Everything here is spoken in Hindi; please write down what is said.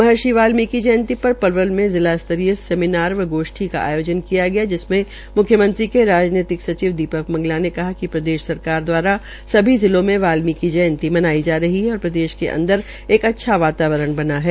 महर्षि वाल्मीकि जयंती पर पलवल में जिला स्तरीय सेमीनार व गोष्ठी का आयोजन किया गया जिसमें म्ख्यमंत्री के राजनैतिक सचिव दीपक मंगला ने कहा कि प्रदेश सरकार दवारा सभी जिलों में वाल्मीकि जयंती मनाई जा रही है और प्रदेश के अंदर एक अच्छा वातावरण बना है